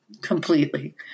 Completely